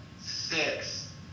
six